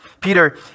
Peter